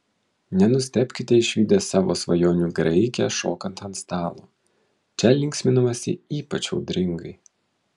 nenustebkite išvydę savo svajonių graikę šokant ant stalo čia linksminamasi ypač audringai